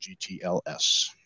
GTLS